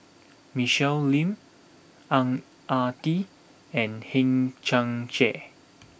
Michelle Lim Ang Ah Tee and Hang Chang Chieh